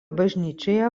bažnyčioje